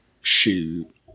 Shoot